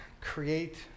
create